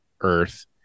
Earth